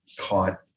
caught